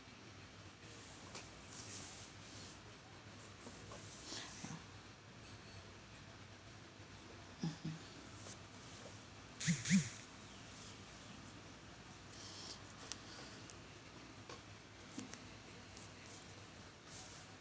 mmhmm